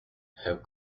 have